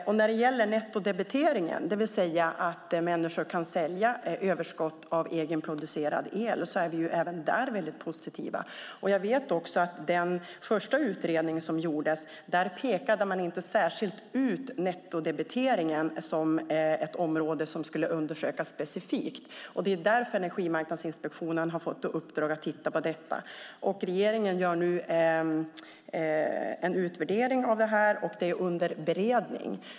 Vi är även positiva till nettodebitering, det vill säga att människor kan sälja överskott av egenproducerad el. I den första utredning som gjordes pekade man inte ut nettodebitering som ett område som skulle undersökas specifikt. Därför har Energimarknadsinspektionen fått titta på det. Regeringen gör en utvärdering av det, och det är under beredning.